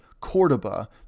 Cordoba